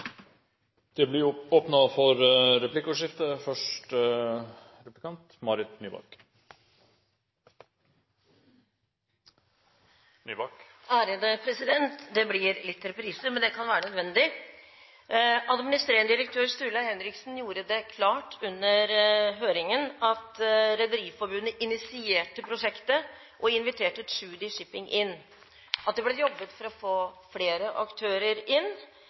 Det blir replikkordskifte. Det blir litt reprise, men det kan være nødvendig. Administrerende direktør Sturla Henriksen gjorde det klart under høringen at Rederiforbundet initierte prosjektet og inviterte Tschudi Shipping inn, og at det ble jobbet for å få flere aktører inn,